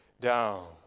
down